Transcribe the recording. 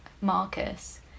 Marcus